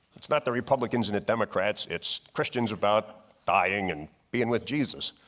it's not the republicans and the democrats. it's christians about dying and being with jesus.